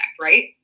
right